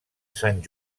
sant